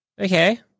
Okay